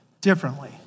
differently